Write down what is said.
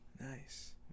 Nice